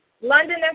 London